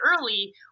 early